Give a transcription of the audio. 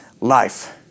life